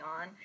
on